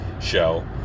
show